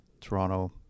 toronto